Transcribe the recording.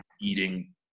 eating